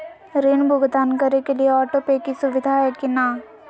ऋण भुगतान करे के लिए ऑटोपे के सुविधा है की न?